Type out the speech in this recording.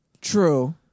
True